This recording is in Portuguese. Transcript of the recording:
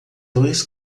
dois